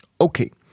Okay